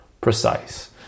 precise